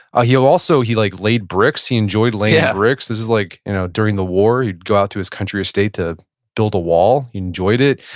ah he also, he like laid bricks, he enjoyed laying bricks. this is like you know during the war, he'd go out to his country estate to build a wall, he enjoyed it.